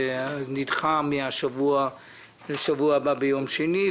שנדחה מהשבוע לשבוע הבא ביום שני,